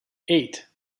eight